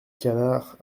canard